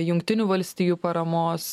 jungtinių valstijų paramos